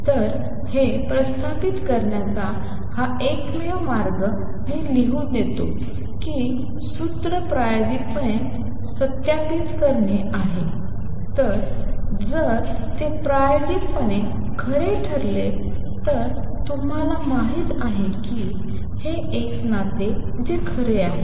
तर हे प्रस्थापित करण्याचा हा एकमेव मार्ग मी लिहू देतो की सूत्र प्रायोगिकपणे सत्यापित करणे आहे आणि जर ते प्रायोगिकपणे खरे ठरले तर तुम्हाला माहित आहे की हे एक नाते आहे जे खरे आहे